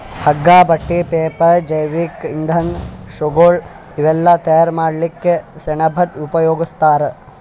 ಹಗ್ಗಾ ಬಟ್ಟಿ ಪೇಪರ್ ಜೈವಿಕ್ ಇಂಧನ್ ಶೂಗಳ್ ಇವೆಲ್ಲಾ ತಯಾರ್ ಮಾಡಕ್ಕ್ ಸೆಣಬ್ ಉಪಯೋಗಸ್ತಾರ್